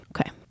okay